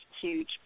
huge